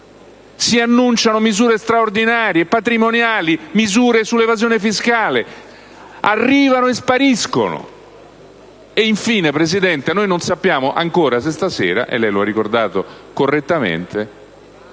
dell'annuncio di misure straordinarie, come patrimoniali e misure sull'evasione fiscale, che arrivano e spariscono. Infine, signor Presidente, noi non sappiamo ancora se stasera, come lei ha ricordato correttamente,